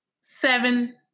seven